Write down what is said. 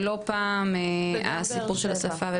ולא פעם הסיפור של השפה.